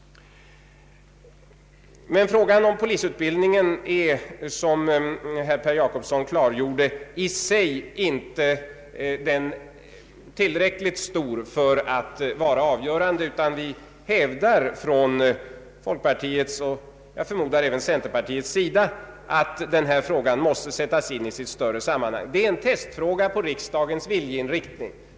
Frågan om polisutbildningen är, som herr Per Jacobsson klargjorde, inte tillräckligt stor för att vara avgörande. Folkpartiet, och jag förmodar även centerpartiet, hävdar att denna fråga måste sättas in i ett större sammanhang. Det är en testfråga på riksdagens viljeinriktning.